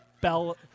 bell